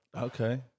Okay